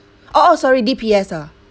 oh oh sorry D_P_S ah